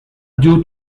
due